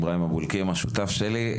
איברהים אבו אלקיעם הוא שותף שלי.